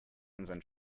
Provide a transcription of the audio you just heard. unseren